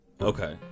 Okay